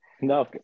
No